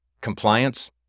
compliance